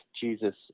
Jesus